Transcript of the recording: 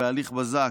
בהליך בזק,